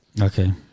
okay